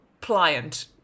pliant